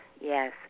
yes